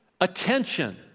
attention